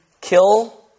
kill